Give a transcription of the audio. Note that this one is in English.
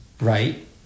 right